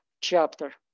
chapter